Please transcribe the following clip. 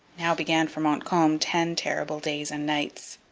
now began for montcalm ten terrible days and nights.